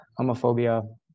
homophobia